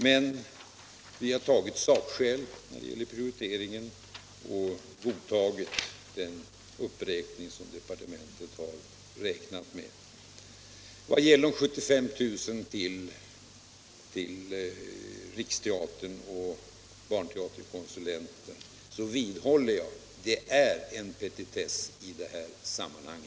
Men vi har tagit sakskäl när det gäller prioriteringen och godtagit den uppräkning som departementet har föreslagit. I fråga om de 75 000 kronorna till Riksteatern och barnteaterkonsulenten vidhåller jag att det är en petitess i detta sammanhang.